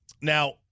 Now